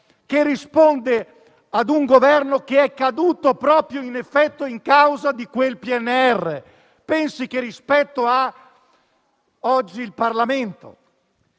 che risponde a un Governo che è caduto proprio per effetto suo e a causa sua. Pensi che rispetto ha oggi il Parlamento.